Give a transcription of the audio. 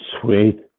Sweet